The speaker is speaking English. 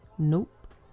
Nope